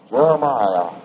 Jeremiah